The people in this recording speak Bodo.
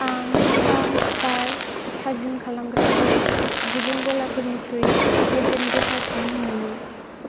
आं फ्रांक बार थाजिम खालामग्राखौ गुबुन गलाफोरनिख्रुइ बेसेन गोसासिन मोनो